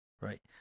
right